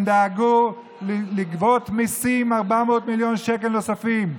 הם דאגו לגבות מיסים, 400 מיליון שקל נוספים,